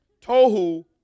Tohu